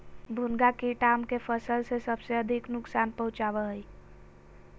भुनगा कीट आम के फसल के सबसे अधिक नुकसान पहुंचावा हइ